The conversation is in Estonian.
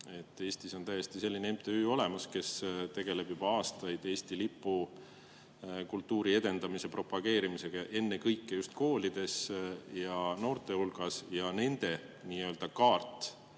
Eestis on täiesti selline MTÜ olemas, kes tegeleb juba aastaid Eesti lipukultuuri edendamise ja propageerimisega, ennekõike just koolides ja noorte hulgas. Nende nii-öelda kaart